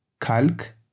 Kalk